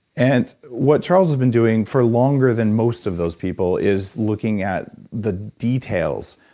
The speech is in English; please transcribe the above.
and what charles has been doing for longer than most of those people is looking at the details.